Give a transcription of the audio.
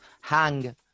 hang